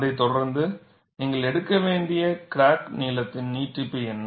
அதைத் தொடர்ந்து நீங்கள் எடுக்க வேண்டிய கிராக் நீளத்தின் நீட்டிப்பு என்ன